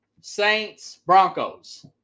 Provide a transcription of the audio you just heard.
Saints-Broncos